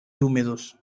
húmedos